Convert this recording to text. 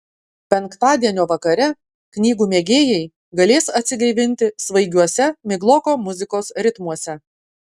penktadienio vakare knygų mėgėjai galės atsigaivinti svaigiuose migloko muzikos ritmuose